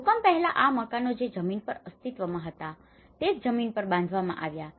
ભૂકંપ પહેલા આ મકાનો જે જમીન પર અસ્તિત્વમાં હતા તે જ જમીન પર બાંધવામાં આવ્યા હતા